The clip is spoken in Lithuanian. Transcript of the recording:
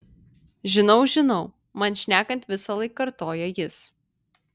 žinau žinau man šnekant visąlaik kartoja jis